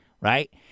right